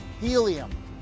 helium